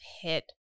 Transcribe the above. hit